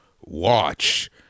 watch